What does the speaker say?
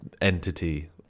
entity